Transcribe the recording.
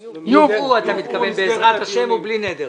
אתה מתכוון שהן יובאו בעזרת השם ובלי נדר.